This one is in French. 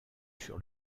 sur